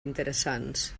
interessants